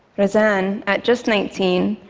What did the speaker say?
razan, at just nineteen,